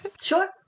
Sure